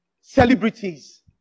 celebrities